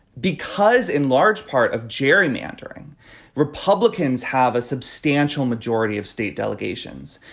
because in large part of gerrymandering republicans have a substantial majority of state delegations.